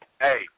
Hey